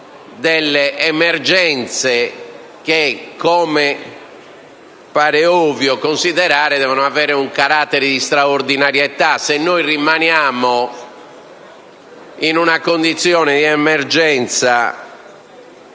delle emergenze che, come sembra ovvio considerare, devono avere un carattere di straordinarietà. Se noi rimaniamo in una condizione di emergenza